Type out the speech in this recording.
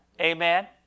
Amen